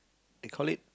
they call it